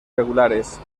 regulares